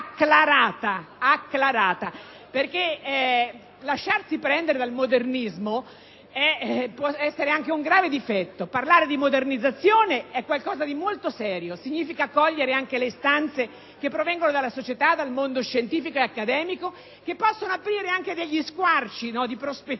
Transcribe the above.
acclarata. Lasciarsi prendere dal modernismo può essere anche un grave difetto. Parlare di modernizzazione è qualcosa di molto serio: significa accogliere anche le istanze che provengono dalla società, dal mondo scientifico ed accademico, che possono aprire anche degli squarci di prospettiva